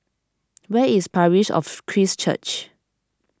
where is Parish of Christ Church